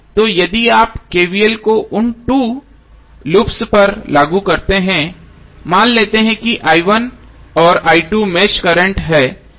तो यदि आप KVL को उन 2 लूप्स पर लागू करते हैं मान लेते हैं कि और मेष करंट हैं